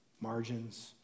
margins